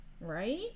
Right